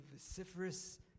vociferous